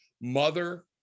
Mother